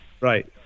right